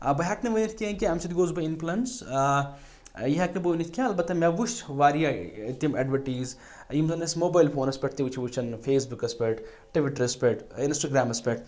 بہٕ ہٮ۪کہٕ نہٕ ؤنِتھ کیٚنٛہہ کہِ اَمہِ سۭتۍ گوس بہٕ اِنفٕلَنس یہِ ہٮ۪کہٕ نہٕ بہٕ ؤنِتھ کیٚنٛہہ اَلبَتہ مےٚ وٕچھ واریاہ تِم اٮ۪ڈوٕٹیٖز یِم زَن اَسہِ موبایِل فونَس پٮ۪ٹھ تہِ وٕچھ وٕچھَن فیس بُکَس پٮ۪ٹھ ٹِوِٹرٛس پٮ۪ٹھ اِنَسٹَگرٛامَس پٮ۪ٹھ